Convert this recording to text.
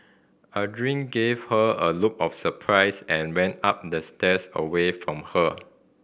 Aldrin gave her a look of surprise and ran up the stairs away from her